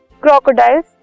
crocodiles